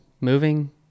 moving